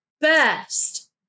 best